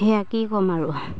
সেয়া কি ক'ম আৰু